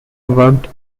worked